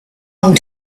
long